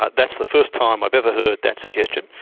but that's the first time i've ever heard that suggestion.